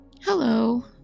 Hello